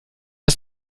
ist